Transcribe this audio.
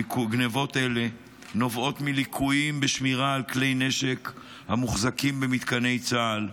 גנבות אלה נובעות מליקויים בשמירה על כלי נשק המוחזקים במתקני צה"ל,